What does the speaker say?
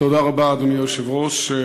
אדוני היושב-ראש,